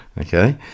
okay